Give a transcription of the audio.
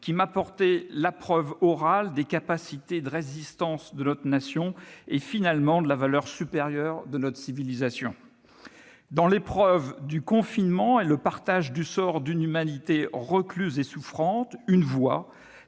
qui m'apportait la preuve orale des capacités de résistance de notre nation et, finalement, de la valeur supérieure de notre civilisation. Dans l'épreuve du confinement et le partage du sort d'une humanité recluse et souffrante, une voix